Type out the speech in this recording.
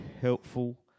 helpful